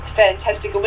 fantastic